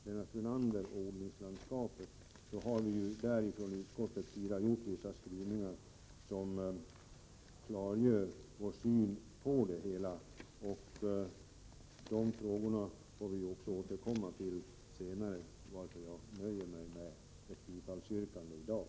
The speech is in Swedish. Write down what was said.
Lennart Brunander talar om odlingslandskapet, och utskottet har i sin skrivning klargjort majoritetens syn på dessa frågor. Till dessa frågor återkommer vi till senare, och jag nöjer mig med ett bifallsyrkande i dag.